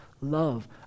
love